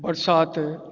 बरसाति